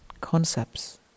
concepts